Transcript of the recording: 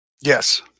Yes